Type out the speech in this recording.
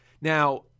Now